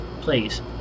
please